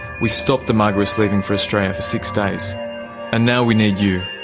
we stopped the margiris leaving for australia for six days and now we need you.